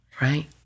Right